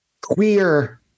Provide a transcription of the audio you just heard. queer